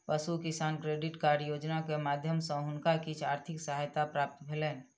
पशु किसान credit card योजना के माध्यम सॅ हुनका किछ आर्थिक सहायता प्राप्त भेलैन